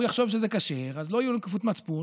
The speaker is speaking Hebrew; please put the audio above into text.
הוא יחשוב שזה כשר אז לא יהיו לו נקיפות מצפון,